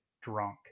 drunk